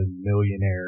millionaire